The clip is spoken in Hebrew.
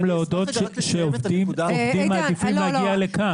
להודות שעובדים מעדיפים להגיע לכאן.